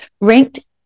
ranked